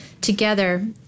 together